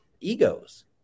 egos